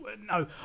No